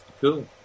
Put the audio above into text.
Cool